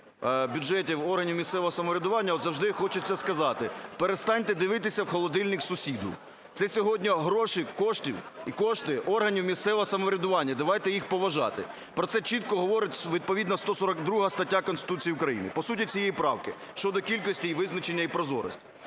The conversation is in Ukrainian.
бюджетів органів місцевого самоврядування, завжди хочеться сказати: перестаньте дивитись в холодильник сусіду. Це сьогодні гроші і кошти органів місцевого самоврядування, давайте їх поважати. Про це чітко говорить відповідна 142 стаття Конституції України. По суті цієї правки, щодо кількості її визначення, і прозорості.